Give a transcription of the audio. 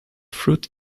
fruit